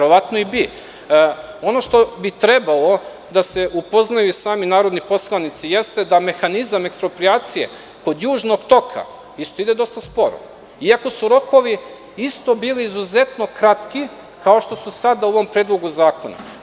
Ono što bi trebalo da se upoznaju i sami narodni poslanici jeste da mehanizam eksproprijacije kod „Južnog toka“ isto ide dosta sporo, iako su rokovi isto bili izuzetno kratki, kao što su sada u ovom Predlogu zakona.